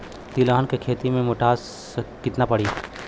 तिलहन के खेती मे पोटास कितना पड़ी?